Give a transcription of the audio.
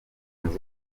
album